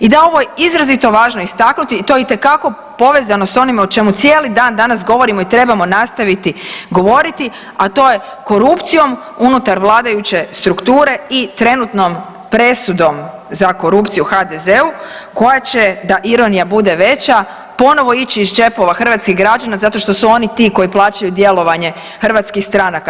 I da je ovo izrazito važno istaknuti, to je itekako povezano s onime o čemu cijeli dan danas govorimo i trebamo nastaviti govoriti, a to je korupcijom unutar vladajuće strukture i trenutnom presudom za korupciju HDZ-u koja će da ironija bude veća ponovo ići iz džepova hrvatskih građana zato što su oni ti koji plaćaju djelovanje hrvatskih stranaka.